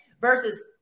versus